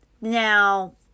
Now